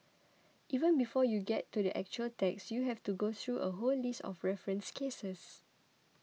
even before you get to the actual text you have to go through a whole list of referenced cases